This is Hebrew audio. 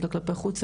אפילו בחוץ.